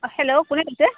hello কোনে কৈছে